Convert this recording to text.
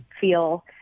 feel